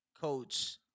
Coach